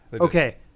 okay